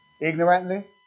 Ignorantly